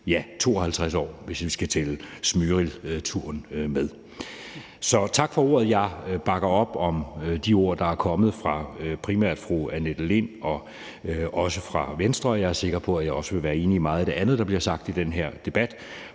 i 52 år, hvis vi skal tælle »Smyril«-turen med. Så tak for ordet. Jeg bakker op om de ord, der er kommet fra primært fru Annette Lind, men også fra Venstre. Jeg er sikker på, at jeg også vil være enig i meget af det andet, der bliver sagt i den her debat,